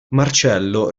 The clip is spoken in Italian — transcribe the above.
marcello